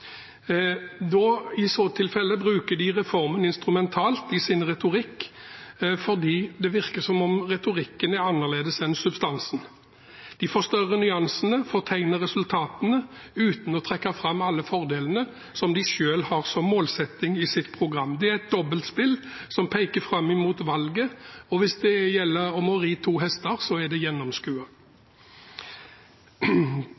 I så tilfelle bruker de reformen instrumentalt i sin retorikk, for det virker som om retorikken er annerledes enn substansen. De forstørrer nyansene og fortegner resultatene uten å trekke fram alle fordelene som de selv har som målsetting i sitt program. Det er et dobbeltspill som peker fram mot valget. Hvis det gjelder om å ri to hester, så er det gjennomskuet.